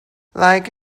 like